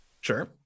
Sure